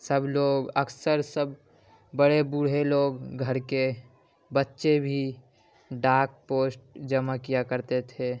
سب لوگ اکثر سب بڑے بوڑھے لوگ گھر کے بچے بھی ڈاک پوسٹ جمع کیا کرتے تھے